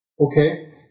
okay